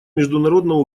международного